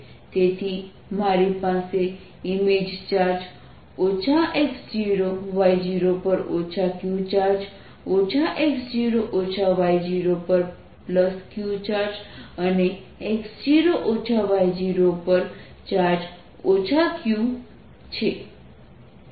તેથી મારી પાસે ઇમેજ ચાર્જ x0y0 પર q ચાર્જ x0 y0 પર q ચાર્જ અને x0 y0 પર ચાર્જ q છે